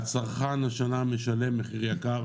לצערנו, שהצרכן משלם השנה מחיר יקר.